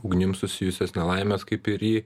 ugnim susijusias nelaimes kaip ir į